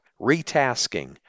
retasking